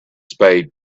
spade